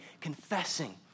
confessing